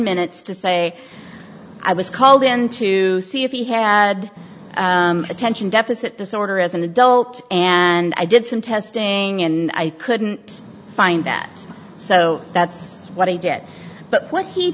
minutes to say i was called in to see if he had attention deficit disorder as an adult and i did some testing and i couldn't find that so that's what he did but